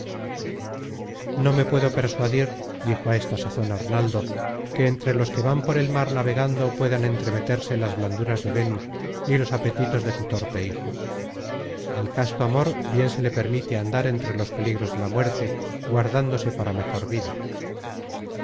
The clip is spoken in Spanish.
no me puedo persuadir dijo á esta sazon arnaldo que entre los que van por el mar navegando puedan entremeterse las blanduras de vénus ni los apetitos de su torpe hijo al casto amor bien se le permite andar entre los peligros de la muerte guardándose para mejor vida